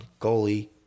Goalie